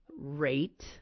rate